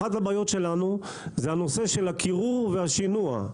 אחת הבעיות שלנו זה הנושא של הקירור והשינוע.